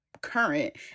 current